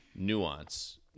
nuance